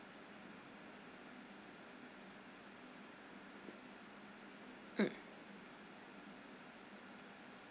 mm